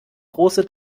große